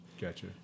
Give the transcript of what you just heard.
Gotcha